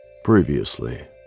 Previously